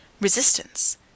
Resistance